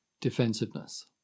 defensiveness